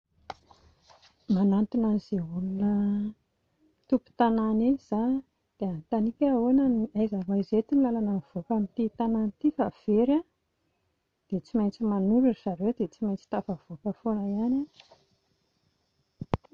Manatona an'izay olona tompon-tanàna eny izaho aloha dia anontaniako hoe ahoana aiza ho aiza eto ny lalana mivoaka amin'ity tanàna ity fa very aho, dia tsy maintsy manoro ry zareo, dia tsy maintsy tafavoaka foana ihany aho